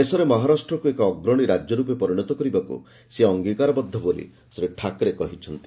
ଦେଶରେ ମହାରାଷ୍ଟ୍ରକୁ ଏକ ଅଗ୍ରଣୀ ରାଜ୍ୟ ରୂପେ ପରିଣତ କରିବାକୁ ସେ ଅଙ୍ଗୀକାରବଦ୍ଧ ବୋଲି ଶ୍ରୀ ଠାକ୍ରେ କହିଛନ୍ତି